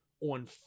on